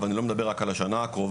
ואני לא מדבר רק על השנה הקרובה,